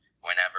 whenever